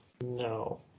No